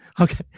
okay